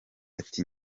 ati